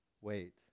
wait